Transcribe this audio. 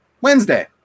Wednesday